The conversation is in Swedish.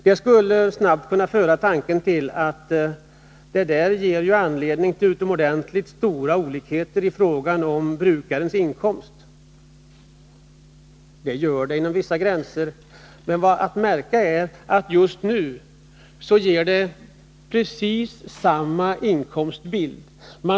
Det skulle snabbt kunna föra tanken till att detta ger anledning till utomordentligt stora olikheter i fråga om brukarnas inkomster — och det gör det också inom vissa gränser — men att märka är att det just nu ger precis samma inkomstbild för alla brukare.